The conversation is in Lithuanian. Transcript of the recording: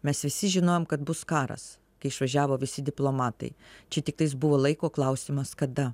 mes visi žinojom kad bus karas kai išvažiavo visi diplomatai čia tiktais buvo laiko klausimas kada